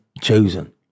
chosen